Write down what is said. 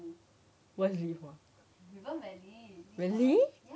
what school really